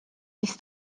siis